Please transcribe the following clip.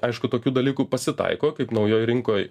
aišku tokių dalykų pasitaiko kaip naujoj rinkoj